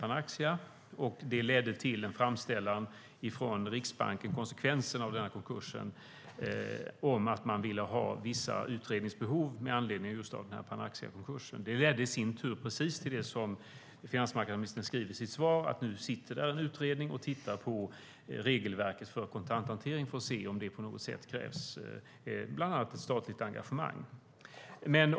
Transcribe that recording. Konsekvensen av konkursen ledde till en framställan från Riksbanken om att det fanns vissa utredningsbehov med anledning av detta. Det ledde i sin tur till precis det finansmarknadsministern skriver i sitt svar, nämligen att det nu sitter en utredning och tittar på regelverket för kontanthantering för att se om det på något sätt krävs bland annat ett statligt engagemang.